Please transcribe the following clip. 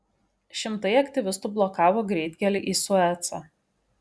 šimtai aktyvistų blokavo greitkelį į suecą